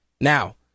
Now